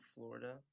Florida